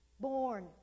born